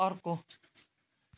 अर्को